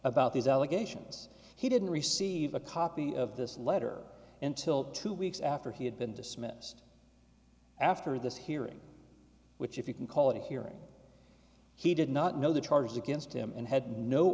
about these allegations he didn't receive a copy of this letter until two weeks after he had been dismissed after this hearing which if you can call it a hearing he did not know the charges against him and had no